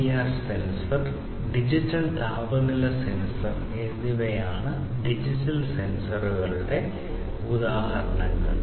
PIR sensor digital താപനില sensor എന്നിവയാണ് digital സെൻസറുകളുടെ ഉദാഹരണങ്ങൾ